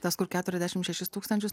tas kur keturiasdešim šešis tūkstančius